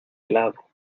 helado